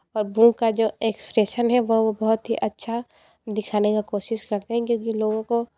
और बूं का जो एक्सप्रेसन है वो बहुत ही अच्छा दिखाने का कोशिश करते हैं क्योंकि लोगों को